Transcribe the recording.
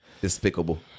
Despicable